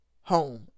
home